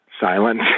silence